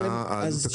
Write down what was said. מה העלות הכלכלית.